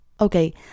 Okay